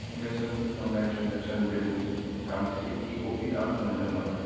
एमेजननि थांनाय ट्रेन्जेकसननि बिलनि गांसे इ क'पि आं मोनदों नामा